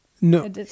no